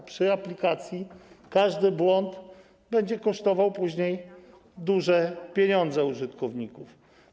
W przypadku aplikacji każdy błąd będzie kosztował później duże pieniądze użytkowników.